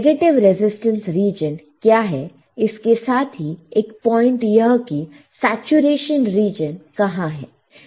negative resistant region क्या है इसके साथ ही एक पॉइंट यह की सैचुरेशन रीजन कहां है